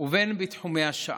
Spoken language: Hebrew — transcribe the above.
ובין שבתחומי השעה.